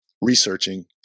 researching